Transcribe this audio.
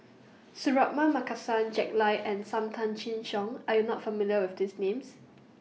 Suratman Markasan Jack Lai and SAM Tan Chin Siong Are YOU not familiar with These Names